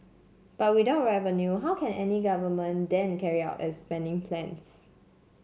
but without revenue how can any government then carry out its spending plans